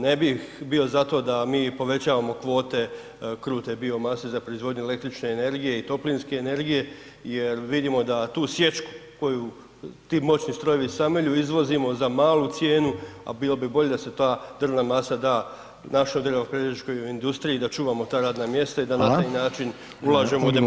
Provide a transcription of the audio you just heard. Ne bih bio zato da mi povećavamo kvote krute biomase za proizvodnju električne energije i toplinske energije jer vidimo da tu sječu koju ti moćni strojevi samelju izvozimo za malu cijenu, a bilo bi bolje da se ta drvna masa da našoj drvnoprerađivačkoj industriji, da čuvamo ta radna mjesta [[Upadica: Hvala.]] i da na taj način ulažemo u demografiju.